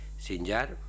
Sinjar